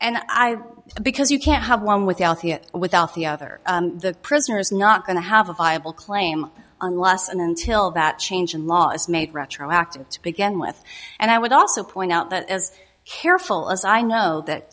and i because you can't have one without the without the other the prisoner's not going to have a viable claim unless and until that change in law is made retroactive to begin with and i would also point out that as careful as i know that